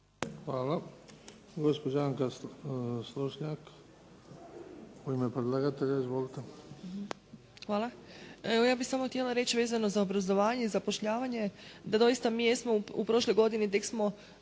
Hvala. Gospođa Anka Slonjšak u ime predlagatelja. Izvolite. **Slonjšak, Anka** Hvala. Evo, ja bih samo htjela reći vezano za obrazovanje i zapošljavanje da doista mi jesmo, u prošloj godini tek smo,